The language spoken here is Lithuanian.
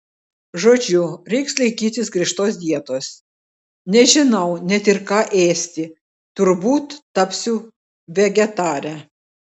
žodžiu reiks laikytis griežtos dietos nežinau net ir ką ėsti turbūt tapsiu vegetare